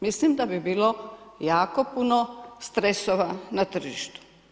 Mislim da bi bilo jako puno stresova na tržištu.